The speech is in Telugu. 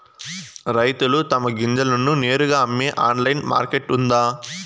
రైతులు తమ గింజలను నేరుగా అమ్మే ఆన్లైన్ మార్కెట్ ఉందా?